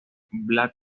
black